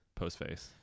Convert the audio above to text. Postface